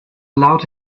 allowed